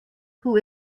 who